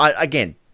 Again